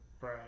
Right